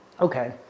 okay